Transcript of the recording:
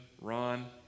Ron